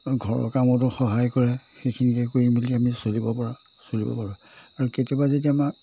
ঘৰৰ কামতো সহায় কৰে সেইখিনিকে কৰি মেলি আমি চলিব পৰা চলিব পাৰোঁ আৰু কেতিয়াবা যদি আমাক